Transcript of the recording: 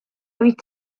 wyt